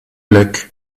luck